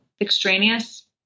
extraneous